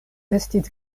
estis